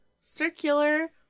circular